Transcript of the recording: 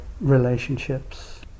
relationships